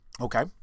Okay